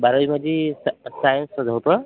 बारावीमध्ये सा सायन्सच होतं